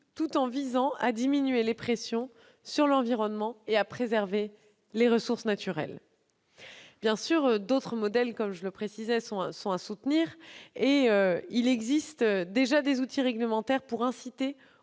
tout en visant à diminuer les pressions sur l'environnement et à préserver les ressources naturelles. Bien sûr, comme je le précisais, d'autres modèles sont à soutenir. Il existe déjà des outils réglementaires pour inciter